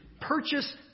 purchase